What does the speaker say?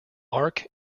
arc